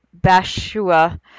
Bashua